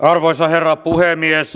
arvoisa herra puhemies